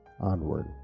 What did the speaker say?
onward